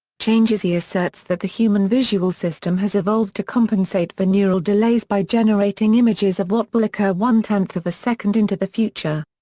changizi asserts that the human visual system has evolved to compensate for neural delays by generating generating images of what will occur one-tenth of a second into the future.